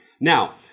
Now